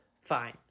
fine